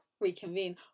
reconvene